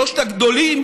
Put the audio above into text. שלושת הגדולים,